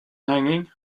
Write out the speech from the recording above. hanging